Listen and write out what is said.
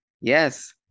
yes